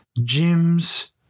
gyms